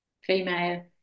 female